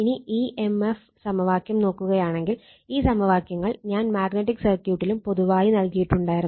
ഇനി E M F സമവാക്യം നോക്കുകയാണെങ്കിൽ ഈ സമവാക്യങ്ങൾ ഞാൻ മാഗ്നറ്റിക് സർക്യൂട്ടിലും പൊതുവായി നൽകിയിട്ടുണ്ടായിരുന്നു